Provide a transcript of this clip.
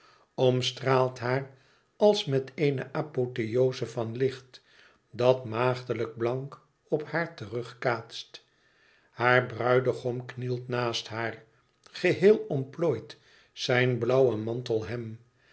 omstraalt haar als met eene apotheoze van licht dat maagdelijk blank op haar terugkaatst haar bruidegom knielt naast haar geheel omplooit zijn blauwe mantel hem